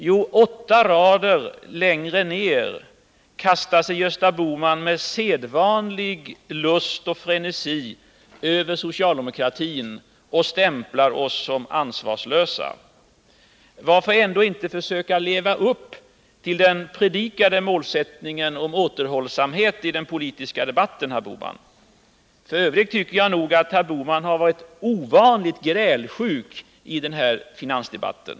Jo, åtta rader längre ned kastar sig herr Bohman med sedvanlig lust och frenesi över socialdemokratin och stämplar oss som ansvarslösa. Varför ändå inte försöka leva upp till den predikade målsättningen att visa återhållsamhet i den politiska debatten, herr Bohman? F. ö. tycker jag att herr Bohman har varit ovanligt grälsjuk i den här finansdebatten.